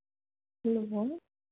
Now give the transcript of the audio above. hello